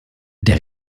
der